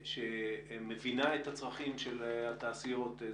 שמבינה את הצרכים של התעשיות.